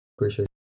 appreciate